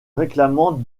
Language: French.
réclamant